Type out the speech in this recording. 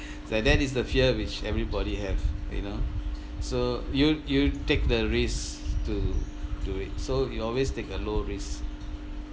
so that is the fear which everybody have you know so you you take the risk to do it so you always take a low risk